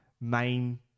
main